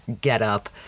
getup